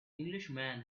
englishman